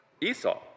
Esau